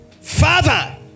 Father